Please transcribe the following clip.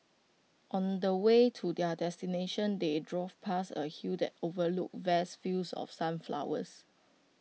on the way to their destination they drove past A hill that overlooked vast fields of sunflowers